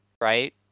right